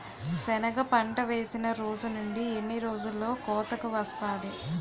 సెనగ పంట వేసిన రోజు నుండి ఎన్ని రోజుల్లో కోతకు వస్తాది?